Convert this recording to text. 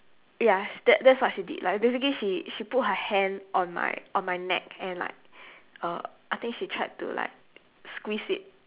ya sh~ that that's what she did like basically she she put her hand on my on my neck and like uh I think she tried to like squeeze it